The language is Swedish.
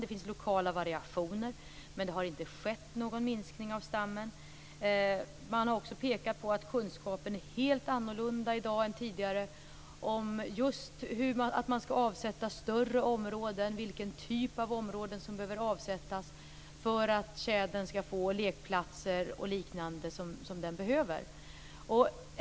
Det finns lokala variationer, men det har inte skett någon minskning av stammen. Man har också pekat på att kunskapen är helt annorlunda i dag än tidigare om just att man skall avsätta större områden och vilken typ av områden som behöver avsättas för att tjädern skall få lekplatser och liknande som den behöver.